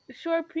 sure